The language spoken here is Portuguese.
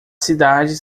cidades